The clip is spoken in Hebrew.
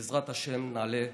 בעזרת השם נעלה ונצליח.